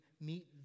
meet